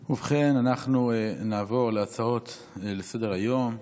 ובכן, נעבור להצעות לסדר-היום בנושא: